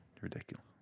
Ridiculous